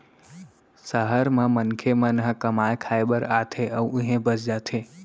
सहर म मनखे मन ह कमाए खाए बर आथे अउ इहें बस जाथे